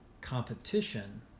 competition